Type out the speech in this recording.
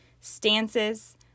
stances